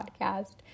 podcast